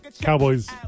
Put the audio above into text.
Cowboys